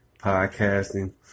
podcasting